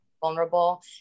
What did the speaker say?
vulnerable